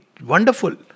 wonderful